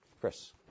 Chris